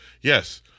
Yes